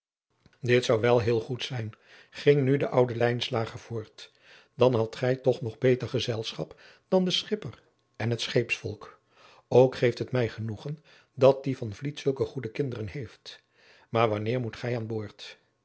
dit zou wel heel goed adriaan loosjes pzn het leven van maurits lijnslager zin ging nu de oude lijnslager voort dan hadt gij toch nog beter gezelschap dan de schipper en het scheepsvolk ook geeft het mij genoegen dat die van vliet zulke goede kinderen heeft maar wanneer moet gij aan boord